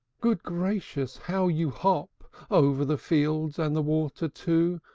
good gracious! how you hop over the fields, and the water too,